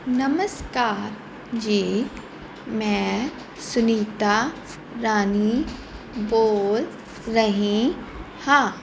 ਨਮਸਕਾਰ ਜੀ ਮੈਂ ਸੁਨੀਤਾ ਰਾਣੀ ਬੋਲ ਰਹੀ ਹਾਂ